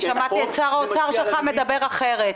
אני שמעתי את שר האוצר שלך מדבר אחרת.